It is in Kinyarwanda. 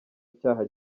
icyaha